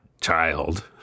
child